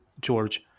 George